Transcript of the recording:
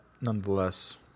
nonetheless